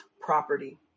property